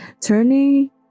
Turning